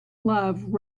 love